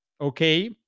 Okay